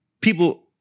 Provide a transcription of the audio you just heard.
People